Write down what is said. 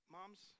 Moms